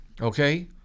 okay